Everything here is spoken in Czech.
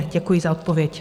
Děkuji za odpověď.